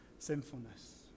sinfulness